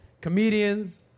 Comedians